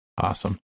Awesome